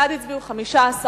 בעד הצביעו 15,